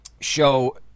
show